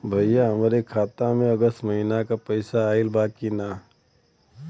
भईया हमरे खाता में अगस्त महीना क पैसा आईल बा की ना?